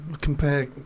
compare